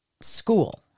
school